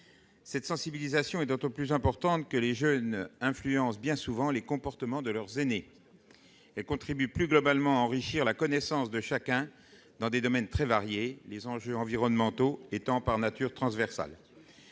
Cette sensibilisation est d'autant plus importante que les jeunes influencent bien souvent les comportements de leurs aînés et contribuent, plus globalement, à enrichir la connaissance de chacun dans des domaines très variés, les enjeux environnementaux étant par nature transversaux.